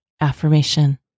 AFFIRMATION